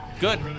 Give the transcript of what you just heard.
good